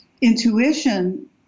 intuition